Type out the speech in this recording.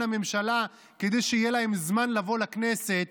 הממשלה כדי שיהיה להם זמן לבוא לכנסת,